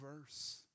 verse